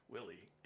Willie